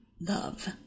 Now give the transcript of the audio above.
love